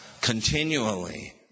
continually